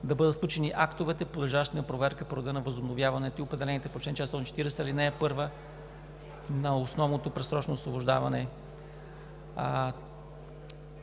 да бъдат включени актовете, подлежащи на проверка по реда на възобновяването и определените по чл. 440, ал. 1 на основното предсрочно освобождаване.